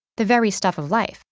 the very stuff of life,